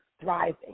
thriving